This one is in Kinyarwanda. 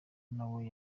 nawe